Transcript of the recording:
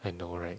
I know right